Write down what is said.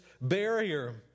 barrier